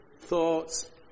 thoughts